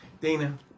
Dana